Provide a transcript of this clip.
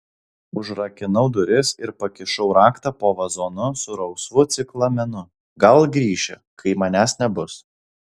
užrakinau duris ir pakišau raktą po vazonu su rausvu ciklamenu gal grįši kai manęs nebus